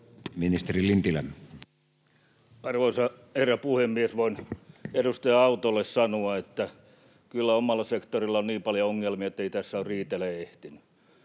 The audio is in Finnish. Ministeri Lintilä. Arvoisa herra puhemies! Voin edustaja Autolle sanoa, että kyllä omalla sektorilla on niin paljon ongelmia, ettei tässä ole riitelemään ehtinyt.